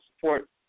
support